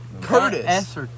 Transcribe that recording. Curtis